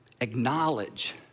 acknowledge